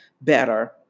better